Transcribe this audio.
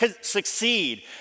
succeed